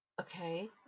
Okay